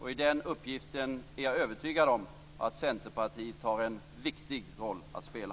I den uppgiften är jag övertygad om att Centerpartiet har en viktig roll att spela.